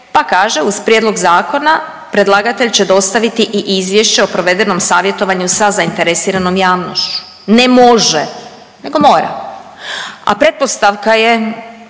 pa kaže uz prijedlog zakona predlagatelj će dostaviti i izvješće o provedenom savjetovanju sa zainteresiranom javnošću. Ne može, nego mora. A pretpostavka je,